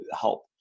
help